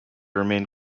remain